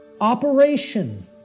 operation